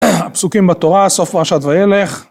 הפסוקים בתורה, סוף פרשת ויילך.